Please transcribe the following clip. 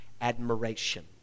admiration